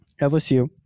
LSU